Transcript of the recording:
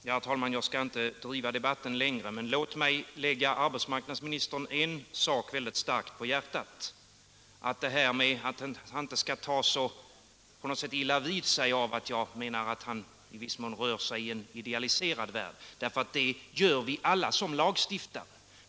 Herr talman! Jag skall inte driva debatten längre, men låt mig lägga arbetsmarknadsministern en sak allvarligt på hjärtat: att han inte skall ta så illa vid sig av att jag menar att han i viss mån rör sig i en idealiserad värld, därför att det gör vi alla som lagstiftare.